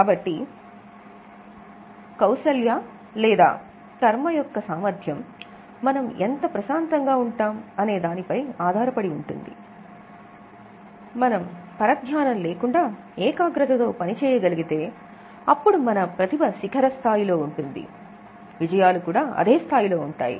కాబట్టి కౌశల్య లేదా కర్మ యొక్క సామర్థ్యం మనం ఎంత ప్రశాంతంగా ఉంటాం అనేదానిపై ఆధారపడి ఉంటుంది మనం పరధ్యానం లేకుండా ఏకాగ్రతతో పని చేయగలిగితే అప్పుడు మన ప్రతిభ శిఖర స్థాయిలో ఉంటుంది విజయాలు కూడా అదే స్థాయిలో ఉంటాయి